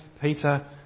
Peter